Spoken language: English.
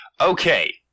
Okay